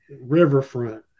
Riverfront